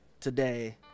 today